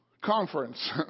conference